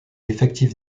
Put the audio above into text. effectif